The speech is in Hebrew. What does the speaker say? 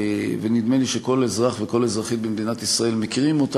ונדמה לי שכל אזרח וכל אזרחית במדינת ישראל מכירים אותה.